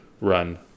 run